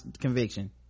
conviction